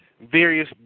various